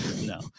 no